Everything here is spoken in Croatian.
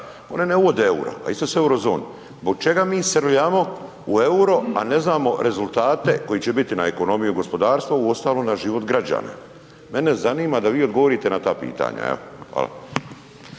one ne uvode euro, a isto su u eurozoni. Zbog čega mi srljamo u euro, a ne znamo rezultate koji će biti na ekonomiju i gospodarstvo, uostalom na život građana? Mene zanima da vi odgovorite na ta pitanja. Hvala.